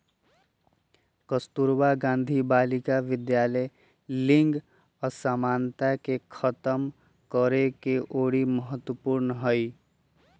कस्तूरबा गांधी बालिका विद्यालय लिंग असमानता के खतम करेके ओरी महत्वपूर्ण हई